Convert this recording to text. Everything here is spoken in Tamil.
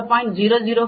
0045 0